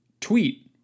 tweet